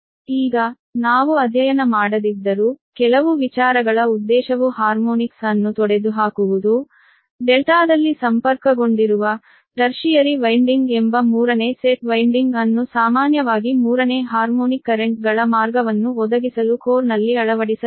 ಈಗ ನಾವು ಅಧ್ಯಯನ ಮಾಡದಿದ್ದರೂ ಕೆಲವು ವಿಚಾರಗಳ ಉದ್ದೇಶವು ಹಾರ್ಮೋನಿಕ್ಸ್ ಅನ್ನು ತೊಡೆದುಹಾಕುವುದು ಡೆಲ್ಟಾದಲ್ಲಿ ಸಂಪರ್ಕಗೊಂಡಿರುವ ಟರ್ಷಿಯರಿ ವೈಯ್ನಡಿಂಗ್ ಎಂಬ ಮೂರನೇ ಸೆಟ್ ವೈಯ್ನಡಿಂಗ್ ಅನ್ನು ಸಾಮಾನ್ಯವಾಗಿ ಮೂರನೇ ಹಾರ್ಮೋನಿಕ್ ಕರೆಂಟ್ ಗಳ ಮಾರ್ಗವನ್ನು ಒದಗಿಸಲು ಕೋರ್ ನಲ್ಲಿ ಅಳವಡಿಸಲಾಗಿದೆ